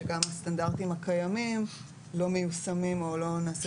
שגם הסטנדרטים הקיימים לא מיושמים או לא נעשית